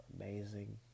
amazing